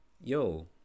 yo